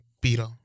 Peter